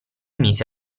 mise